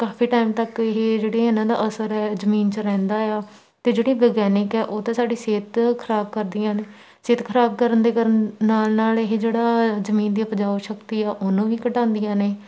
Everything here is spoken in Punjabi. ਕਾਫੀ ਟਾਈਮ ਤੱਕ ਇਹ ਜਿਹੜੇ ਇਹਨਾਂ ਦਾ ਅਸਰ ਜ਼ਮੀਨ 'ਚ ਰਹਿੰਦਾ ਆ ਅਤੇ ਜਿਹੜੀ ਵਿਗਿਆਨਕ ਹੈ ਉਹ ਤਾਂ ਸਾਡੀ ਸਿਹਤ ਖਰਾਬ ਕਰਦੀਆਂ ਨੇ ਸਿਹਤ ਖਰਾਬ ਕਰਨ ਦੇ ਕਰਨ ਨਾਲ ਨਾਲ ਇਹ ਜਿਹੜਾ ਜ਼ਮੀਨ ਦੀ ਉਪਜਾਊ ਸ਼ਕਤੀ ਆ ਉਹਨੂੰ ਵੀ ਘਟਾਉਂਦੀਆਂ ਨੇ